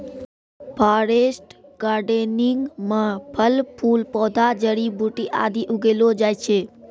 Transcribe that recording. forest gardening म फल फूल पौधा जड़ी बूटी आदि उगैलो जाय छै